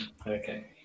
Okay